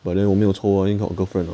but then 我没有抽啊 cause got girlfriend lah